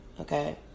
okay